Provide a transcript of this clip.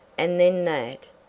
and then that,